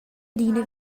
adina